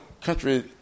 country